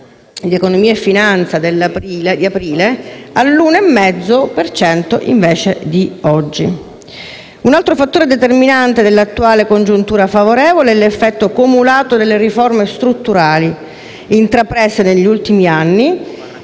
di Economia e Finanza (DEF) di aprile all'1,5 per cento di oggi. Un altro fattore determinante dell'attuale congiuntura favorevole è l'effetto cumulato delle riforme strutturali intraprese negli ultimi anni,